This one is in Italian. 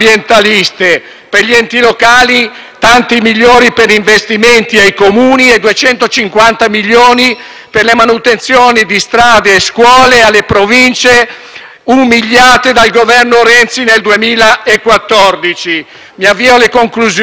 sono i milioni per gli investimenti ai Comuni e 250 milioni per la manutenzione di strade e scuole alle Province umiliate dal Governo Renzi nel 2014. Mi avvio alle conclusioni, ricordando che